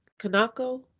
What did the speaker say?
Kanako